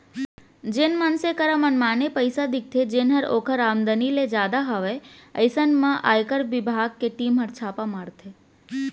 जेन मनसे करा मनमाने पइसा दिखथे जेनहर ओकर आमदनी ले जादा हवय अइसन म आयकर बिभाग के टीम हर छापा मारथे